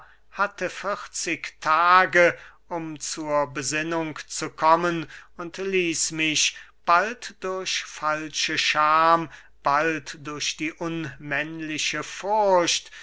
hatte vierzig tage um zur besinnung zu kommen und ließ mich bald durch falsche scham bald durch die unmännliche furcht